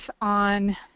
on